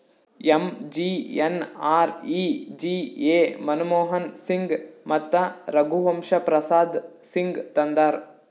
MGNREGA Manmohan Singh ಮತ್ತ ರಘುವಂಶ ಪ್ರಸಾದ್ ಸಿಂಗ್ ತಂದಾರ್